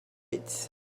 pits